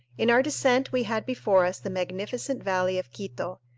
in our descent we had before us the magnificent valley of quito,